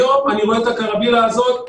היום אני רואה את הקרווילה הזאת,